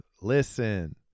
Listen